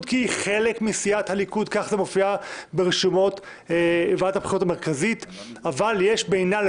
חברים, כולכם יודעים, יש הבדל בין